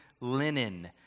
linen